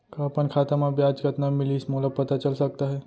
का अपन खाता म ब्याज कतना मिलिस मोला पता चल सकता है?